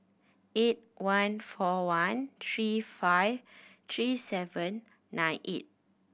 eight one four one three five three seven nine eight